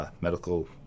medical